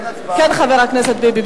כן, חבר הכנסת ביבי.